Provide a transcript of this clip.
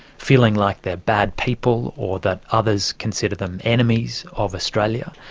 feeling like they're bad people or that others consider them enemies of australia.